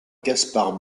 gaspard